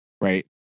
right